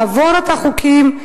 לעבור על החוקים.